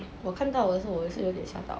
我看到我也是有点吓到